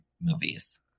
movies